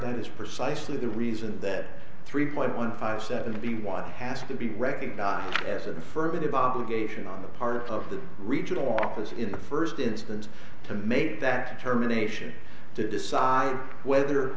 that is precisely the reason that three point one five seventy one has to be recognized as an affirmative obligation on the part of the regional office in the first instance to make that determination to decide whether